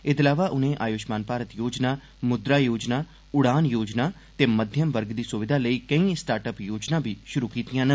एह्दे अलावा उनें आयुश्मान भारत योजना मुद्रा योजना उड़ान योजना ते मध्यम वर्ग दी सुविधा लेई केई स्टार्ट अप योजनां बी षुरु कीतीआं न